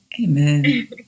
Amen